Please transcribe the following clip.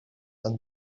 and